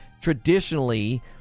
traditionally